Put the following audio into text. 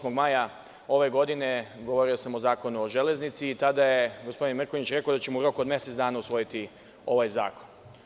Osmog maja ove godine govorio sam o Zakonu o železnici i tada je gospodin Mrkonjić rekao da ćemo u roku od mesec dana usvojiti ovaj zakon.